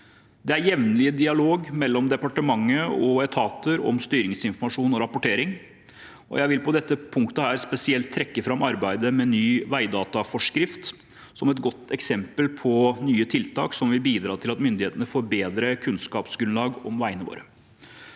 Det er jevnlig dialog mellom departementet og etater om styringsinformasjon og rapportering. Jeg vil på dette punktet spesielt trekke fram arbeidet med ny veidataforskrift som et godt eksempel på nye tiltak som vil bi dra til at myndighetene får bedre kunnskapsgrunnlag om veiene våre.